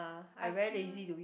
I feel